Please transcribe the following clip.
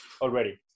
already